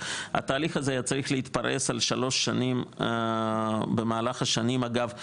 התהליך הזה היה צריך להתפרש על שלוש שנים במהלך השנים אגב 2021,